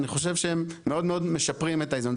אני חושב שהם מאוד מאוד משפרים את האיזון.